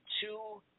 two –